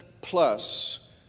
plus